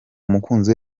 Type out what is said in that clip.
umukunzi